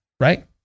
right